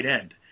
end